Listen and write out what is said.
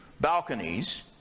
balconies